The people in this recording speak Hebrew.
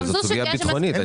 אבל זאת סוגיה ביטחונית.